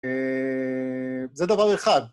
‫זה דבר אחד.